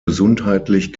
gesundheitlich